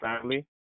family